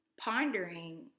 pondering